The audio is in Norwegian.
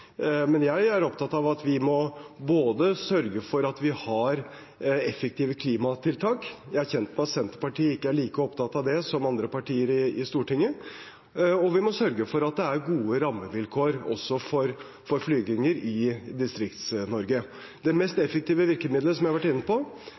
Jeg er opptatt av at vi både må sørge for at vi har effektive klimatiltak – jeg er kjent med at Senterpartiet ikke er like opptatt av det som andre partier i Stortinget – og sørge for at det er gode rammevilkår også for flyvninger i Distrikt-Norge. Det mest